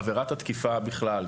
עבירת התקיפה בכלל,